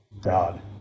God